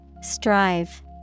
Strive